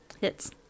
Hits